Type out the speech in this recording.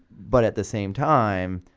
but at the same time,